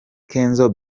kenzo